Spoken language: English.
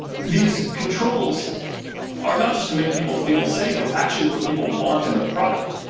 these controls are not just to make people feel safe it's actually what people want in the product.